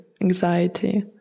anxiety